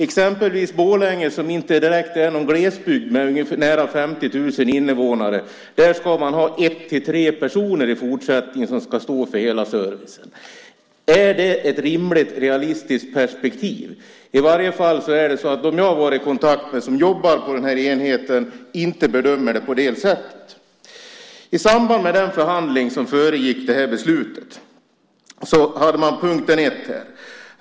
Exempelvis i Borlänge, som inte direkt är någon glesbygd med sina nära 50 000 invånare, ska man i fortsättningen ha en till tre personer som ska stå för hela servicen. Är det ett rimligt och realistiskt perspektiv? I varje fall bedömer inte de som jag har varit i kontakt med och som jobbar på den här enheten det på det sättet. I samband med den förhandling som föregick beslutet hade man följande punkter. 1.